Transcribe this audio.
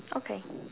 okay